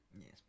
yes